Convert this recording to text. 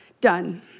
done